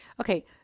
Okay